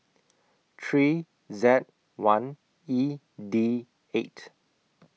three Z one E D eight